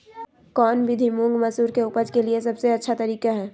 कौन विधि मुंग, मसूर के उपज के लिए सबसे अच्छा तरीका है?